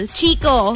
Chico